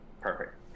Perfect